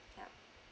yup